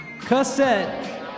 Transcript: Cassette